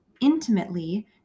intimately